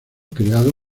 creado